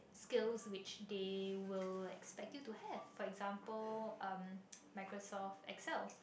skills which they will like expect you to have for example um Microsoft Excel